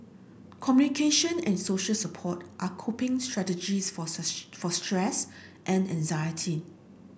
communication and social support are coping strategies for for stress and anxiety